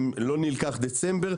לא נלקח דצמבר,